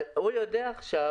אבל הוא יודע עכשיו,